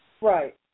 Right